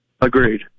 Agreed